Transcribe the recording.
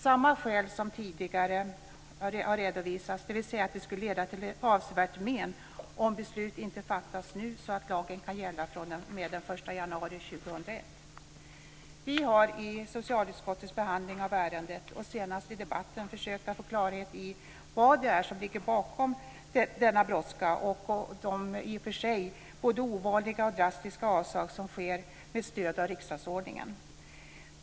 Samma skäl som tidigare redovisas, dvs. att det skulle leda till avsevärt men om beslut inte fattas nu så att lagen kan gälla fr.o.m. den 1 Vi har i socialutskottets behandling av ärendet och senast i debatten försökt att få klarhet i vad det är som ligger bakom denna brådska och det i och för sig både ovanliga och drastiska avslag som sker med stöd av riksdagsordningen.